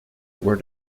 where